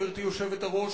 גברתי היושבת-ראש,